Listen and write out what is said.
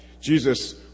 Jesus